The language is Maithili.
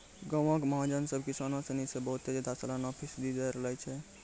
गांवो के महाजन सभ किसानो सिनी से बहुते ज्यादा सलाना फीसदी दर लै छै